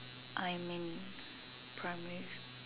I'm in primary